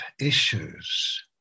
issues